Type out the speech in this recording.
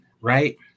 right